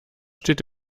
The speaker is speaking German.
steht